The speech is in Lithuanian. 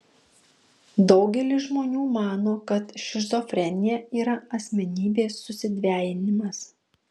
daugelis žmonių mano kad šizofrenija yra asmenybės susidvejinimas